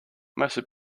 mostly